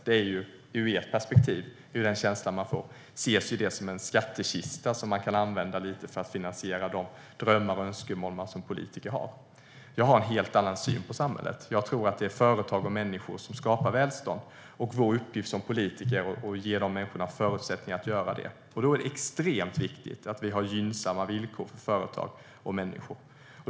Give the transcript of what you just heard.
Man får en känsla av att det ur ert perspektiv ses som en skattekista som ni kan använda för att finansiera de drömmar och önskemål som ni som politiker har. Jag har en helt annan syn på samhället. Det är företag och människor som skapar välstånd. Vår uppgift som politiker är att ge människorna förutsättningar att göra detta. Då är det extremt viktigt att vi har gynnsamma villkor för företag och människor.